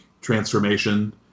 transformation